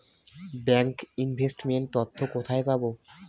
Bank investment তথ্য কোথায় পাব?